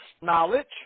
knowledge